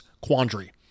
Quandary